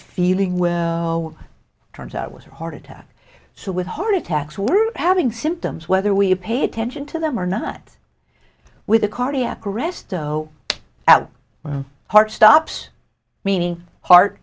feeling well turns out it was a heart attack so with heart attacks were having symptoms whether we paid attention to them or not with a cardiac arrest oh out heart stops meaning heart